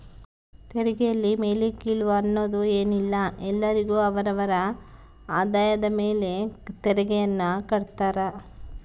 ತೆರಿಗೆಯಲ್ಲಿ ಮೇಲು ಕೀಳು ಅನ್ನೋದ್ ಏನಿಲ್ಲ ಎಲ್ಲರಿಗು ಅವರ ಅವರ ಆದಾಯದ ಮೇಲೆ ತೆರಿಗೆಯನ್ನ ಕಡ್ತಾರ